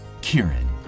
Kieran